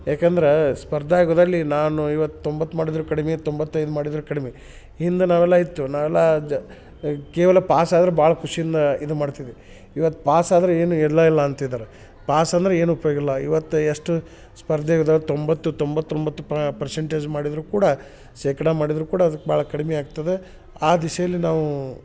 ಯಾಕಂದ್ರ ಸ್ಪರ್ಧಾ ಯುಗದಲ್ಲಿ ನಾನು ಇವತ್ತು ತೊಂಬತ್ತು ಮಾಡಿದ್ದರು ಕಡಿಮೆ ತೊಂಬತ್ತೈದು ಮಾಡಿದ್ದರು ಕಡಿಮೆ ಹಿಂದೆ ನಾವೆಲ್ಲ ಇತ್ತು ನಾವೆಲ್ಲಾ ಜ ಕೇವಲ ಪಾಸ್ ಆದ್ರೆ ಭಾಳ್ ಖುಷಿಯಿಂದ ಇದು ಮಾಡ್ತಿದ್ವಿ ಇವತ್ತು ಪಾಸ್ ಆದರೆ ಏನು ಇಲ್ಲ ಇಲ್ಲ ಅಂತಿದರೆ ಪಾಸ್ ಅಂದರೆ ಏನು ಉಪಯೋಗಿಲ್ಲ ಇವತ್ತು ಎಷ್ಟು ಸ್ಪರ್ಧೆ ಇದಾವ ತೊಂಬತ್ತು ತೊಂಬತ್ತೊಂಬತ್ತು ಪರ್ಶೆಂಟೇಜ್ ಮಾಡಿದ್ದರೂ ಕೂಡ ಶೇಖಡ ಮಾಡಿದ್ದರೂ ಕೂಡ ಅದಕ್ಕೆ ಭಾಳ ಕಡಿಮೆ ಆಗ್ತದೆ ಆ ದಿಶೆಯಲ್ಲಿ ನಾವು